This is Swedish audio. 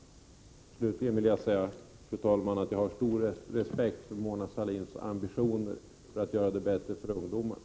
Slutligen vill jag, fru talman, säga att jag har stor respekt för Mona Sahlins ambitioner att göra det bättre för ungdomarna.